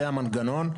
זה המנגנון.